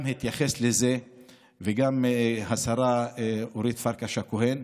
גם התייחס לזה וגם השרה אורית פרקש-הכהן,